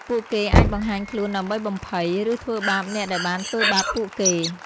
ពួកគេអាចបង្ហាញខ្លួនដើម្បីបំភ័យ ឬធ្វើបាបអ្នកដែលបានធ្វើបាបពួកគេ។